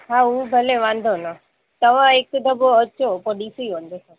हा उहो भले वांदो न तव्हां हिक दफ़ो अचो पोइ ॾिसी वञिजो सभु